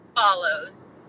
follows